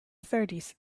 thirties